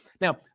Now